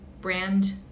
brand